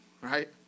right